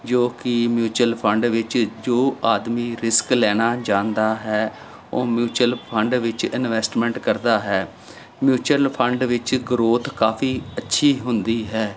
ਜੋ ਕਿ mutual fund ਵਿੱਚ ਜੋ ਆਦਮੀ ਰਿਸਕ ਲੈਣਾ ਜਾਣਦਾ ਹੈ ਉਹ ਮਿਊਚਲ ਫੰਡ ਵਿੱਚ ਇਨਵੈਸਟਮੈਂਟ ਕਰਦਾ ਹੈ ਮਿਊਚਅਲ ਫੰਡ ਵਿੱਚ ਗਰੋਥ ਕਾਫ਼ੀ ਅੱਛੀ ਹੁੰਦੀ ਹੈ